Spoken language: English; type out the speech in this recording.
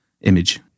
image